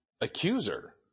Accuser